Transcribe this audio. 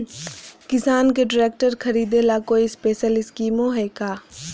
किसान के ट्रैक्टर खरीदे ला कोई स्पेशल स्कीमो हइ का?